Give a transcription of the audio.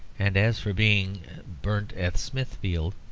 and as for being burnt at smithfield,